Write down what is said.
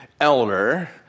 elder